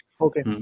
okay